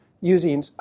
using